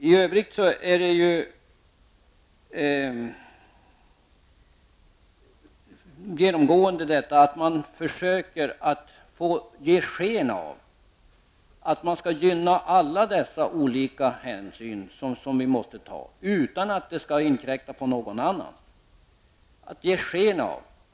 I övrigt är det ju ett genomgående drag att man försöker ge sken av att man skall ta alla dessa olika nödvändiga hänsyn utan att det skall inkräkta på något annat.